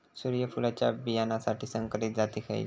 सूर्यफुलाच्या बियानासाठी संकरित जाती खयले?